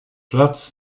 platz